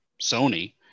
Sony